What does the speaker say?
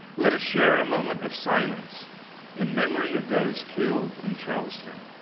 let us share a moment of silence in memory of those killed in charleston.